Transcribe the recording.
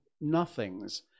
nothings